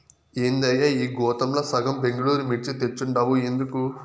ఏందయ్యా ఈ గోతాంల సగం బెంగళూరు మిర్చి తెచ్చుండావు ఎందుకు